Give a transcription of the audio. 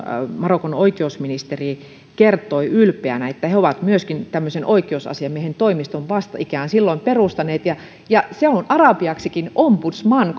marokon oikeusministeri kertoi ylpeänä että he ovat myöskin tämmöisen oikeusasiamiehen toimiston vastikään silloin perustaneet se on arabiaksikin ombudsman